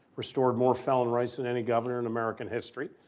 restored more felon rice than any governor in american history,